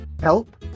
help